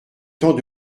temps